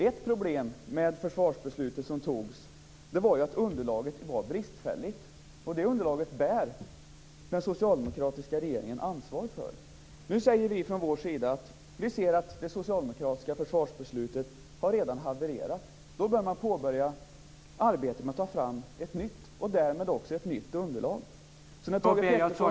Ett problem med det försvarsbeslut som fattades var att underlaget var bristfälligt. Det underlaget bär den socialdemokratiska regeringen ansvar för. Nu säger vi från vår sida att vi ser att det socialdemokratiska försvarsbeslutet redan har havererat. Alltså bör man påbörja arbete med att ta fram ett nytt beslut, och därmed också ett nytt underlag. Så när Thage G Peterson...